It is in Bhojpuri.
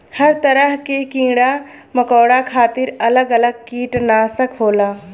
हर तरह के कीड़ा मकौड़ा खातिर अलग अलग किटनासक होला